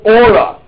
aura